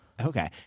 Okay